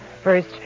First